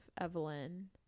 Evelyn –